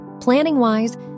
Planning-wise